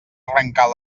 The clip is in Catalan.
arrencar